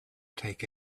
take